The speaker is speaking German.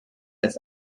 das